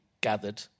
gathered